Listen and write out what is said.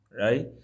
right